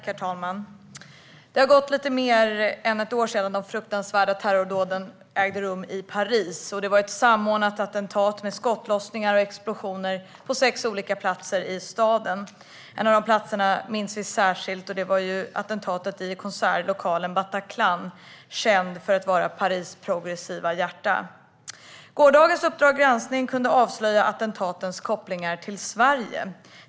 Herr talman! Det har gått lite mer än ett år sedan de fruktansvärda terrordåden ägde rum i Paris. Det var ett samordnat attentat med skottlossningar och explosioner på sex olika platser i staden. En av platserna för attentaten minns vi särskilt och det är konsertlokalen Bataclan, känd för att vara Paris progressiva hjärta. Gårdagens Uppdrag granskning kunde avslöja attentatens kopplingar till Sverige.